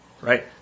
right